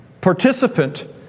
participant